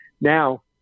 Now